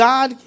God